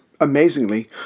amazingly